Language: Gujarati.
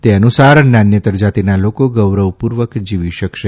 તે નુસાર નાન્યતર જાતિના લોકો ગૌરવપૂર્ણ રીતે જીવી શકશે